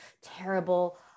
terrible